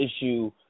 issue